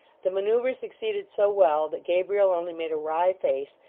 the manoeuvre succeeded so well that gabriel only made a wry face,